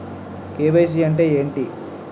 KYC అంటే ఏంటి?